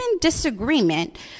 disagreement